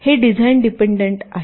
हे design dependent आहे